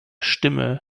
stimme